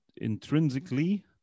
intrinsically